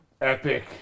epic